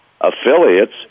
affiliates